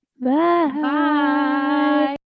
Bye